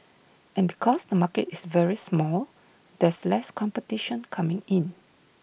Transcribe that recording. and because the market is very small there's less competition coming in